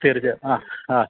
തീർച്ചയായും ആ ആ